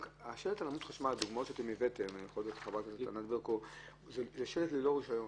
הדוגמה של שלט על עמוד חשמל היא דוגמה של שלט ללא רישיון.